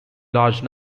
large